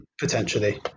potentially